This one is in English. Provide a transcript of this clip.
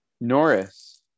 Norris